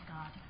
God